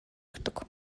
өгдөг